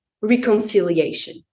reconciliation